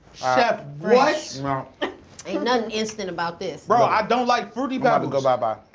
chef, what! ain't nothing instant about this. bro, i don't like fruity pebbles. i'm